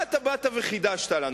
מה באת וחידשת לנו?